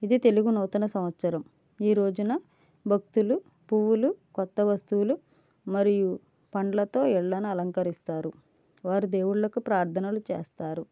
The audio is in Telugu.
ఇది తెలుగు నూతన సంవత్సరం ఈ రోజున భక్తులు పువ్వులు కొత్త వస్తువులు మరియు పండ్లతో ఇల్లను అలంకరిస్తారు వారు దేవుళ్ళకు ప్రార్థనలు చేస్తారు